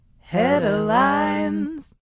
Headlines